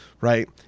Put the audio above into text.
Right